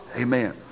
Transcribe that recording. Amen